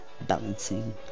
Balancing